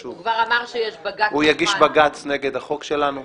הזה יתקדם הוא יגיש בג"ץ נגד החוק שלנו.